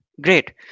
Great